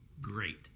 Great